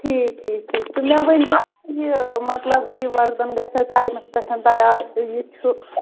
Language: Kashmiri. ٹھیٖک ٹھیٖک ٹھیٖک تہٕ مےٚ ؤنتو یہِ مَطلَب یہِ وَردَن گَژھے ٹایمَس پیٚٹھ تیار یہِ چھُ